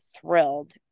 thrilled